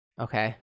Okay